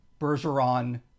Bergeron